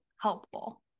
helpful